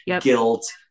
guilt